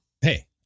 hey